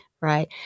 Right